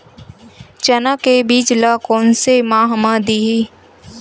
चना के बीज ल कोन से माह म दीही?